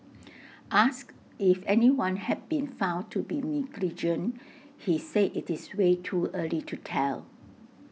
asked if anyone had been found to be negligent he said IT is way too early to tell